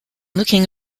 looking